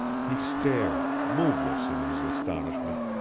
he stared, moveless in his astonishment,